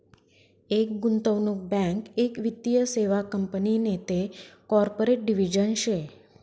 एक गुंतवणूक बँक एक वित्तीय सेवा कंपनी नैते कॉर्पोरेट डिव्हिजन शे